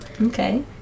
Okay